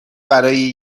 برای